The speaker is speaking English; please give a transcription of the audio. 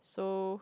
so